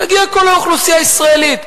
תגיעו לכל האוכלוסייה הישראלית,